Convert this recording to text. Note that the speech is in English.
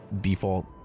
default